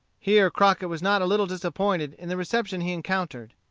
here crockett was not a little disappointed in the reception he encountered.